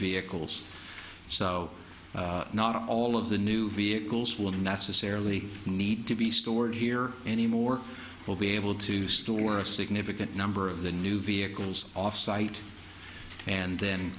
vehicles so not all of the new vehicles will necessarily need to be stored here anymore we'll be able to store a significant number of the new vehicles off site and then